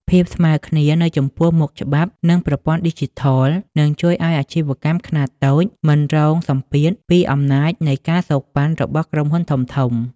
ភាពស្មើគ្នានៅចំពោះមុខច្បាប់ និងប្រព័ន្ធឌីជីថល នឹងជួយឱ្យអាជីវកម្មខ្នាតតូចមិនរងសម្ពាធពីអំណាចនៃ ការសូកប៉ាន់ របស់ក្រុមហ៊ុនធំៗ។